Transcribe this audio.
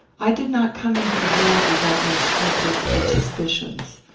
i did not come into the world without my scruples and suspicions.